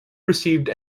received